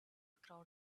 crowd